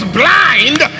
blind